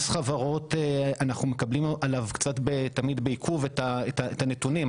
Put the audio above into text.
מס חברות אנחנו מקבלים עליו קצת תמיד בעיכוב את הנתונים,